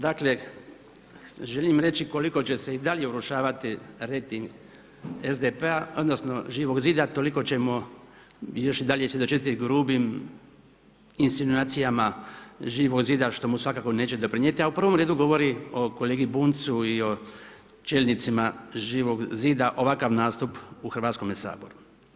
Dakle želim reći koliko će se i dalje urušavati rejting SDP-a, odnosno Živog zida toliko ćemo još i dalje svjedočiti grubim insinuacijama Živog zida što mu svakako neće doprinijeti a u prvom redu govori o kolegi Bunjcu i o čelnicima Živog zida ovakav nastup u Hrvatskome saboru.